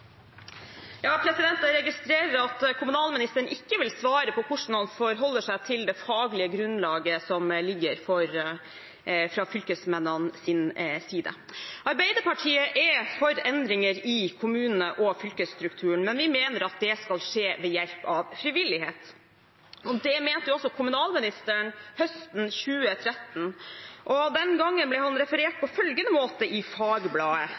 Jeg registrerer at kommunalministeren ikke vil svare på hvordan han forholder seg til det faglige grunnlaget som ligger fra fylkesmennenes side. Arbeiderpartiet er for endringer i kommune- og fylkesstrukturen, men vi mener at det skal skje ved frivillighet. Det mente også kommunalministeren høsten 2013. Den gangen ble han referert på følgende måte i Fagbladet: